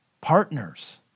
partners